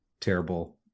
terrible